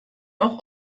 auch